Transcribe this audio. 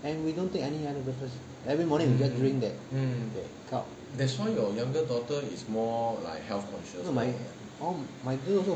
and we don't take any other breakfast every morning we just drink that that cup my girl also